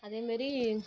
அதே மாரி